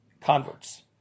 converts